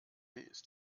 ist